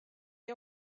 chi